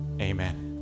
Amen